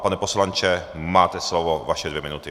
Pane poslanče, máte slovo, vaše dvě minuty.